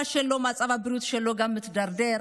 גם מצבו הבריאותי של אביו מידרדר.